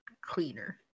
cleaner